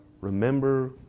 Remember